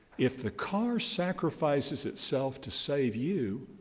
if the car sacrifices itself to save you,